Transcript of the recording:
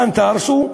כאן תהרסו,